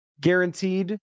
guaranteed